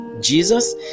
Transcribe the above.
jesus